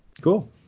Cool